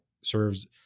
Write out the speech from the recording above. serves